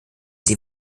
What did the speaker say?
sie